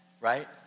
right